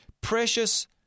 precious